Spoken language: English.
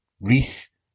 Reese